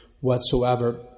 whatsoever